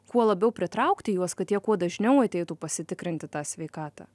kuo labiau pritraukti juos kad jie kuo dažniau ateitų pasitikrinti tą sveikatą